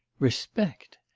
respect!